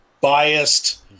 biased